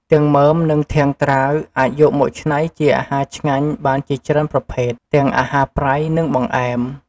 ទាំងមើម និងធាងត្រាវ អាចយកមកច្នៃជាអាហារឆ្ងាញ់បានជាច្រើនប្រភេទ ទាំងអាហារប្រៃ និងបង្អែម។